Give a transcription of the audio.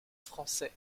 français